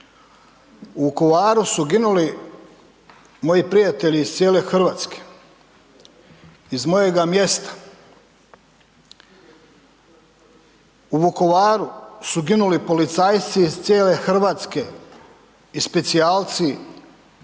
U Vukovaru su ginuli moji prijatelji iz cijele Hrvatske, iz mojega mjesta. U Vukovaru su ginuli policajci iz cijele Hrvatske i specijalci čiji